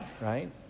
right